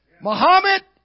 Muhammad